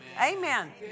Amen